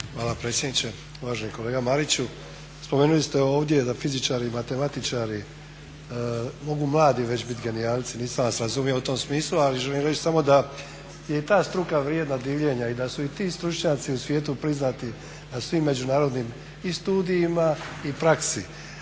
Hvala predsjedniče. Uvaženi kolega Mariću, spomenuli ste ovdje da fizičari, matematičari mogu mladi već biti genijalci, nisam vas razumio u tom smislu, ali želim reći da je i ta struka vrijedna divljenja i da su i ti stručnjaci u svijetu priznati na svim međunarodnim i studijima i praksi.